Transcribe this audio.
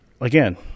again –